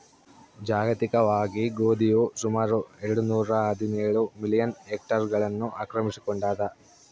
ಜಾಗತಿಕವಾಗಿ ಗೋಧಿಯು ಸುಮಾರು ಎರೆಡು ನೂರಾಹದಿನೇಳು ಮಿಲಿಯನ್ ಹೆಕ್ಟೇರ್ಗಳನ್ನು ಆಕ್ರಮಿಸಿಕೊಂಡಾದ